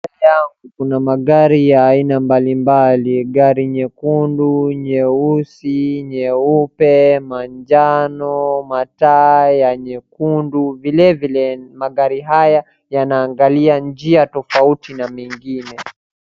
Leo kuna magari ya aina mbali mbali, gari nyekundu, nyeusi, nyeupe, majano, mataa ya nyekundu, vile vile magari haya yanaangalia njia tofauti na mengine.